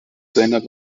seiner